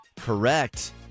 correct